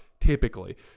typically